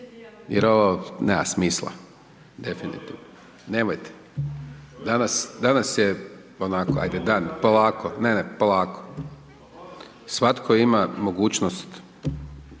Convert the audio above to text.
jer ovo nema smisla definitivno. Nemojte, danas je onako ajde dan, polako, ne, ne, polako, svatko ima mogućnost,